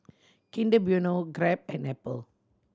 Kinder Bueno Grab and Apple